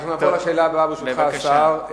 אנחנו נעבור לשאלה הבאה ברשותך, השר.